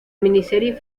miniserie